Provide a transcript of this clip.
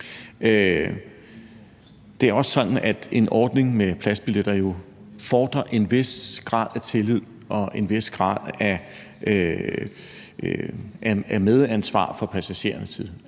Det er også sådan, at en ordning med pladsbilletter fordrer en vis grad af tillid og en vis grad af medansvar fra passagerernes side.